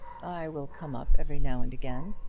i will come up every now and again.